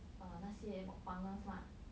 err 那些 mukbangers lah